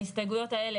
על כל ההסתייגויות.